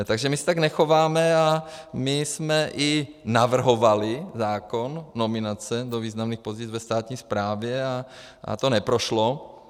Takže my se tak nechováme a my jsme i navrhovali zákon, nominace do významných pozic ve státní správě, a to neprošlo.